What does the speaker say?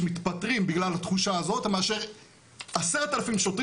שמתפטרים בגלל התחושה הזאת מאשר 10,000 שוטרים